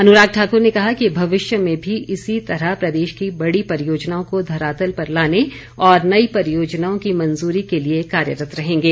अनुराग ठाकुर ने कहा कि भविष्य में भी इसी तरह प्रदेश के बड़े परियोजनाओं को धरातल पर लाने और नई परियोजनाओं की मंजूरी के लिए कार्यरत रहेंगे